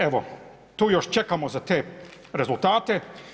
Evo tu još čekamo za te rezultate.